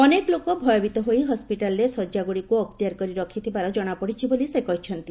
ଅନେକ ଲୋକ ଭୟଭୀତ ହୋଇ ହସ୍କିଟାଲରେ ଶଯ୍ୟା ଗୁଡ଼ିକୁ ଅକ୍ତିଆର କରି ରଖିଥିବାର ଜଣାପଡ଼ିଛି ବୋଲି ସେ କହିଛନ୍ତି